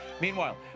Meanwhile